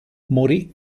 morì